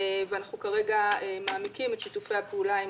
כרגע אנחנו מעמיקים את שיתופי הפעולה עם